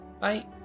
bye